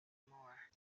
moor